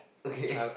okay